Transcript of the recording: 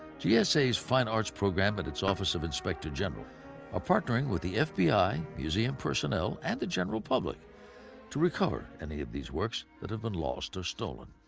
gsa's fine arts program and its office of inspector general are ah partnering with the fbi, museum personnel, and the general public to recover any of these works that have been lost or stolen.